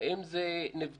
האם זה נבדק?